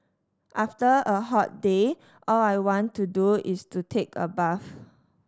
after a hot day all I want to do is to take a bath